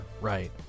Right